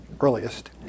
earliest